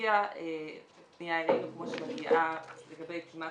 הגיעה פנייה אלינו, כמו שמגיע לגבי הרבה